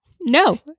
No